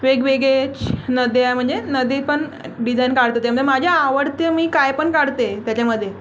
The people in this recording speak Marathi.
वेगवेगळे नद्या म्हणजे नदी पण डिझाईन काढत होते म्हणजे माझ्या आवडते मी काही पण काढते त्याच्यामधे